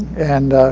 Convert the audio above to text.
and